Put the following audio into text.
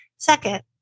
Second